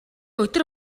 өдөр